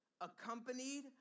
accompanied